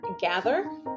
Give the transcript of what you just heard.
gather